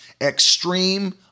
Extreme